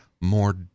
more